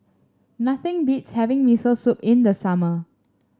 nothing beats having Miso Soup in the summer